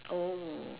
oh